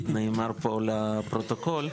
נאמר פה לפרוטוקול.